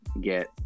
get